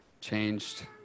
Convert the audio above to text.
changed